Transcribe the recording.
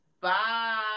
Bye